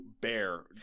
bear